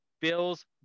Bills